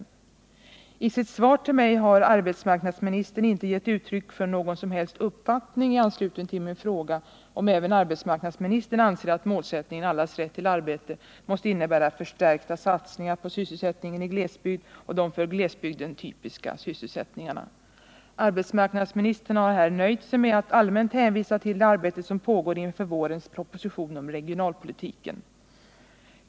Nr 44 I sitt svar till mig har arbetsmarknadsministern inte gett uttryck för någon som helst uppfattning i anslutning till min fråga om huruvida även arbetsmarknadsministern anser att målsättningen allas rätt till arbete måste innebära förstärkta satsningar på sysselsättningen i glesbygd och de för glesbygden typiska sysselsättningarna. Arbetsmarknadsministern har här nöjt sig med att allmänt hänvisa till det arbete som pågår inför vårens proposition om regionalpolitiken.